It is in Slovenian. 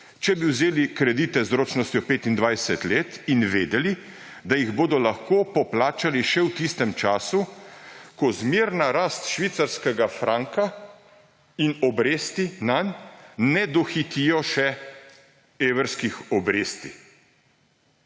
če bi vzeli kredite z ročnostjo 25 let in vedeli, da jih bodo lahko poplačali še v tistem času, ko zmerna rast švicarskega franka in obresti nanj ne dohitijo še evrskih obresti.